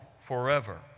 forever